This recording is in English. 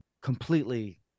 completely